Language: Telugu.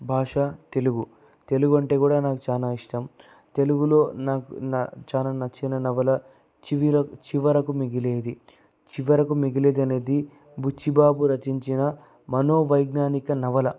భాష తెలుగు తెలుగంటే కూడా నాకు చాలా ఇష్టం తెలుగులో నాకు నా చాలా నచ్చిన నవల చివిర చివరకు మిగిలేది చివరకు మిగిలేది అనేది బుచ్చిబాబు రచించిన మనో వైజ్ఞానిక నవల